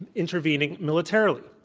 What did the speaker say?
and intervening militarily.